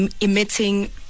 emitting